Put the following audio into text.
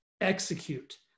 Execute